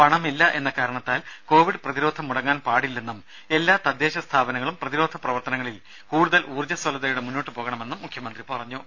പണമില്ല എന്ന കാരണത്താൽ കോവിഡ് പ്രതിരോധം മുടങ്ങാൻ പാടില്ലെന്നും എല്ലാ തദ്ദേശ സ്ഥാപനങ്ങളും പ്രതിരോധ പ്രവർത്തനങ്ങളിൽ കൂടുതൽ ഊർജസ്വലതയോടെ മുന്നോട്ടു പോകണമെന്നും മുഖ്യമന്ത്രി പറഞ്ഞു